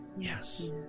Yes